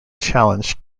challenge